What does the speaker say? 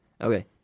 Okay